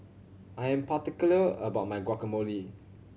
I am particular about my Guacamole